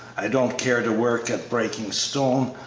i don't care to work at breaking stone,